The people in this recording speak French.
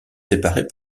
séparées